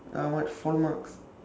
ya what four marks